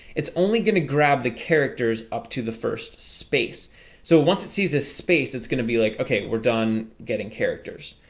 it's only gonna grab the characters up to the first space so once it sees this space it's gonna be like, okay, we're done getting characters,